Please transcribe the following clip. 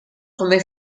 come